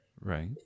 Right